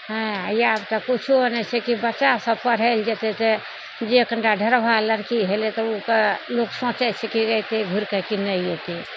हँ आब तऽ किछो नहि छै कि बच्चा सब पढ़य लए जेतै तऽ जे कनिटा ढरभा लड़की भेलै तऽ ओ लोक सोचै छै कि एतय घुरिके कि नहि अयतै